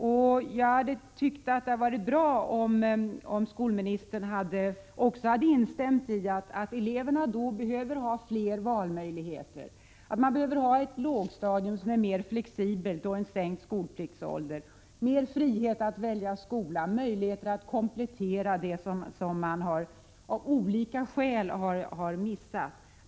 Det hade varit bra om skolministern också hade instämt i att eleverna behöver ha fler valmöjligheter. Det behövs ett mer flexibelt lågstadium, sänkt skolpliktsålder, mer frihet att välja skola, möjligheter att komplettera det man av olika skäl har missat.